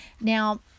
Now